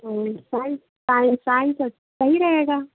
science science science सही रहेगा